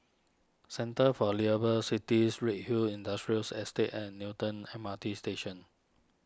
Centre for Liveable Cities Redhill Industrial Estate and Newton M R T Station